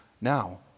now